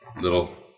little